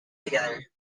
together